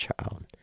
child